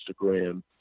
Instagram